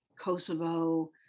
Kosovo